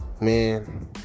Man